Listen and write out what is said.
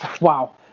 Wow